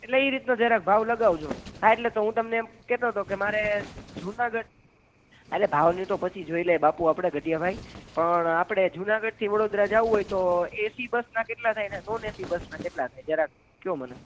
એટલે એ રીતનો જરાક ભાવ લગાવજો હા એટલે તો હું તમને એમ કહેતો હતો કે મારે જુનાગઢ હા એટલે ભાવની તો પછી જોઈ લઈએ બાપુ આપણે ગઢીયા ભાઈ પણ આપણે જુનાગઢથી વડોદરા જવું હોય તો એસી બસના કેટલા થાય ને નોન એસી બસના કેટલા થાય જરા કહો મને